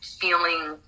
feeling